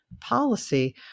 policy